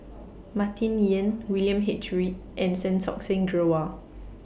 Martin Yan William H Read and Santokh Singh Grewal